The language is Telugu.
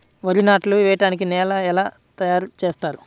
వరి నాట్లు వేయటానికి నేలను ఎలా తయారు చేస్తారు?